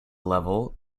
level